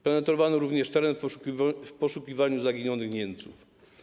Penetrowano również teren w poszukiwaniu zaginionych Niemców.